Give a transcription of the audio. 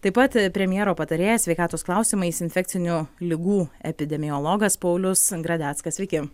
taip pat premjero patarėjas sveikatos klausimais infekcinių ligų epidemiologas paulius gradeckas sveiki